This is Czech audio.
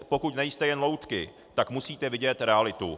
Pokud nejste jen loutky, tak musíte vidět realitu.